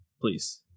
please